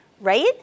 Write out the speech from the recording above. right